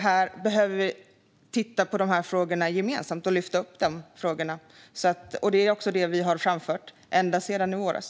Vi behöver se på frågorna gemensamt och lyfta upp dem, och det är också det vi har framfört ända sedan i våras.